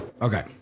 Okay